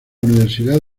universidad